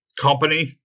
company